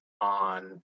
on